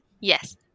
Yes